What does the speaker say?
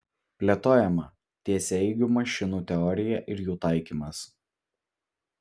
plėtojama tiesiaeigių mašinų teorija ir jų taikymas